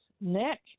neck